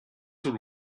would